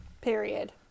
Period